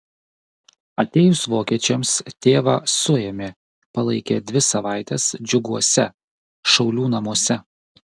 atėjus vokiečiams tėvą suėmė palaikė dvi savaites džiuguose šaulių namuose